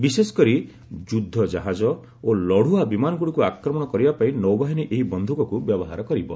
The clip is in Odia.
ବିଶେଷ କରି ଯୁଦ୍ଧ ଜାହାଜ ଓ ଲଢୁଆ ବିମାନଗୁଡ଼ିକୁ ଆକ୍ରମଣ କରିବା ପାଇଁ ନୌବାହିନୀ ଏହି ବନ୍ଧୁକକୁ ବ୍ୟବହାର କରିବ